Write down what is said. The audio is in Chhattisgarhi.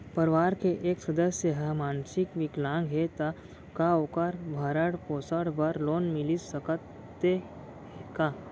परवार के एक सदस्य हा मानसिक विकलांग हे त का वोकर भरण पोषण बर लोन मिलिस सकथे का?